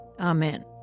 Amen